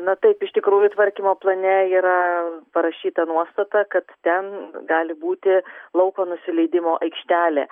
na taip iš tikrųjų tvarkymo plane yra parašyta nuostata kad ten gali būti lauko nusileidimo aikštelė